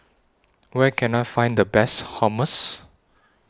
Where Can I Find The Best Hummus